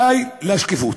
די לשקיפות.